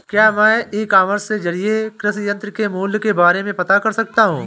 क्या मैं e commerce के ज़रिए कृषि यंत्र के मूल्य के बारे में पता कर सकता हूँ?